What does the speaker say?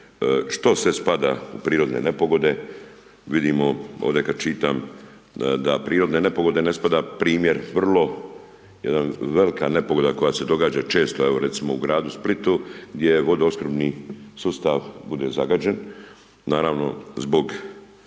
što sve spada u prirodne nepogode. Vidimo ovdje kada čitam da prirodne nepogode ne spada primjer vrlo jedna velika nepogoda koja se događa često u gradu Splitu, gdje vodoopskrbni sustav bude zagađen. Naravno, zbog